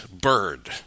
bird